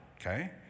okay